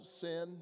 sin